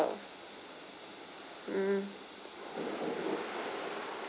mm